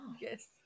yes